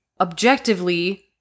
objectively